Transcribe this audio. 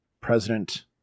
President